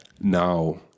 Now